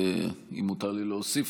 ואם מותר לי להוסיף,